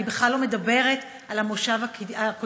אני בכלל לא מדברת על המושב הקודם,